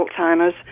Alzheimer's